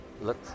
Look